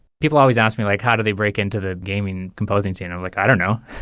people always ask me like, how do they break into the gaming composing scene? and like, i don't know,